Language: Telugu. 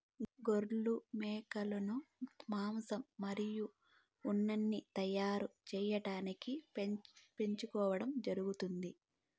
గొర్రెలు, మేకలను మాంసం మరియు ఉన్నిని తయారు చేయటానికి పెంచుకోవడం జరుగుతాంది